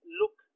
look